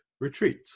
Retreat